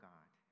God